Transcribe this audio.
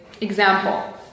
example